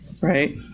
right